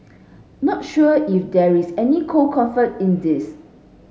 not sure if there is any cold comfort in this